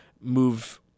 move